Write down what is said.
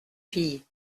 fille